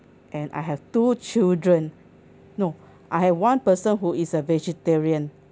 and I have two children no I have one person who is a vegetarian